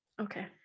okay